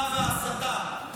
--- חבר הכנסת, שר השנאה וההסתה.